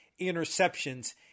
interceptions